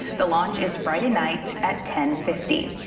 the launch is friday night at ten fifty.